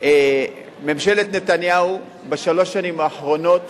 ממשלת נתניהו בשלוש השנים האחרונות